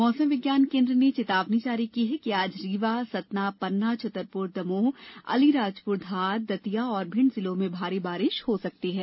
मौसम केंद्र ने चेतावनी जारी की है कि आज रीवा सतना पन्ना छतरपुर दमोह अलीराजपुर झाबुआ धार दतिया और भिण्ड जिलों में भारी बारिष हो सकती है